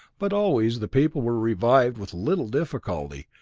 but always the people were revived with little difficulty,